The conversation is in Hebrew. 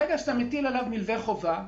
ברגע שאתה מטיל עליו מלווה חובה,